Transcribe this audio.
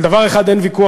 על דבר אחד אין ויכוח,